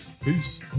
Peace